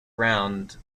round